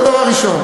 זה דבר ראשון.